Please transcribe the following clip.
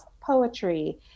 poetry